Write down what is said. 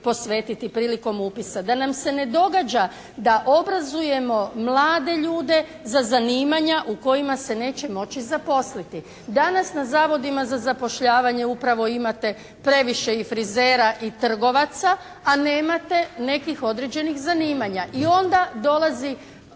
posvetiti prilikom upisa. Da nam se ne događa da obrazujemo mlade ljude za zanimanja u kojima se neće moći zaposliti. Danas na Zavodima za zapošljavanje upravo imate previše i frizera i trgovaca a nemate nekih određenih zanimanja. I onda dolazi